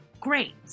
Great